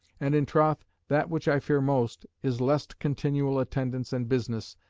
and in troth that which i fear most is lest continual attendance and business,